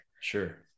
sure